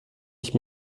ich